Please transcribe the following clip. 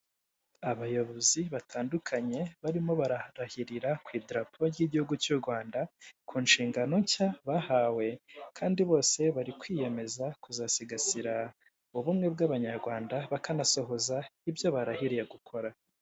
Abayobozi batandukanye barimo baraharahirira ku idarapo ry'igihugu cy'u Rwanda, ku nshingano nshya bahawe kandi bose bari kwiyemeza kuzasigasira ubumwe bw'abanyarwanda, bakanasohoza ibyo barahiriye gukora.